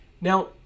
Now